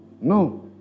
no